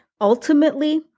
Ultimately